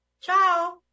Ciao